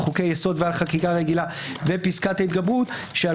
חוקי יסוד ואף חקיקה רגילה ופסקת התגברות שעל